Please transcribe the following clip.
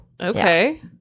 okay